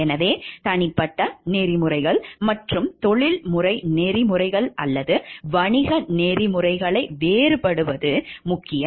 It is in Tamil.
எனவே தனிப்பட்ட நெறிமுறைகள் மற்றும் தொழில்முறை நெறிமுறைகள் அல்லது வணிக நெறிமுறைகளை வேறுபடுத்துவது முக்கியம்